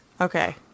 Okay